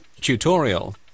Tutorial